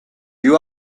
you